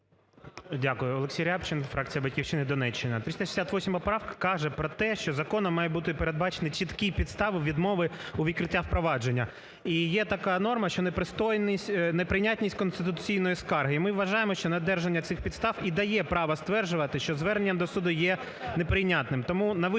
Дякую. Олексій Рябчин, фракція "Батьківщина", Донеччина. 368 поправка каже про те, що законом мають бути передбачені чіткі підстави відмови у відкритті провадження. І є така норма, що непристойність… неприйнятність конституційного скарги, і ми вважаємо, що не одержання цих підстав і дає право стверджувати, що звернення до суду неприйнятим,